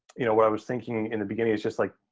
you know, what i was thinking in the beginning, it's just like,